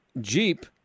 Jeep